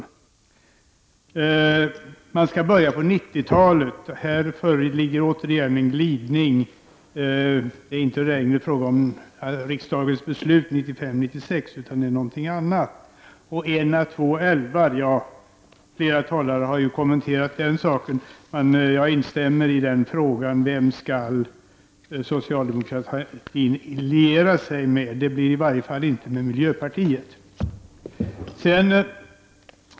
Avvecklingen skall börja på 1990-talet, har det sagts. Här föreligger åter en glidning. Det är inte längre fråga om riksdagsbeslutet att påbörja avvecklingen någon gång 1995 eller 1996 utan om någonting annat. Flera ledamöter har kommenterat talet om att bygga ut en å två älvar. Även jag undrar vilken eller vilka socialdemokratin skall liera sig med i den frågan. I varje fall blir det inte med miljöpartiet.